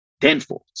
tenfold